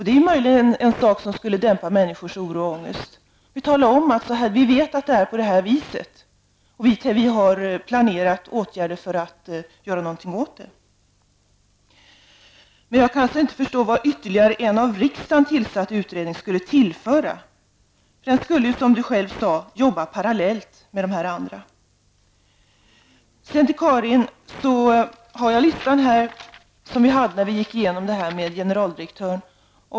Det är möjligt att vi skulle kunna dämpa människors oro och ångest, om vi kunde tala om att vi vet hur det är och att vi planerar åtgärder för att göra någonting åt situationen. Men jag kan inte förstå vad en ytterligare av riksdagen tillsatt utredning skulle tillföra. Den skulle, som Eva Goe s själv sade, arbeta parallellt med de andra. Sedan till Karin Starrin: Jag har med mig listan över de punkter som vi gick igenom med generaldirektören.